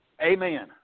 amen